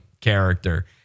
character